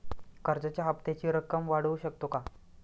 कर्जाच्या हप्त्याची रक्कम वाढवू शकतो का?